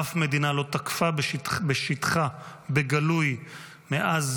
אף מדינה לא תקפה בשטחה בגלוי מאז